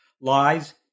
Lies